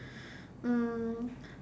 um